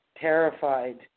terrified